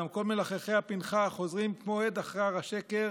גם כל מלחכי הפנכה חוזרים כמו הד אחר השקר,